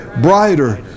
Brighter